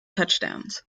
touchdowns